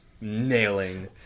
nailing